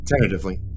tentatively